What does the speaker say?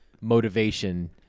motivation